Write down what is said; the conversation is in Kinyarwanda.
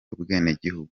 ubwenegihugu